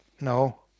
No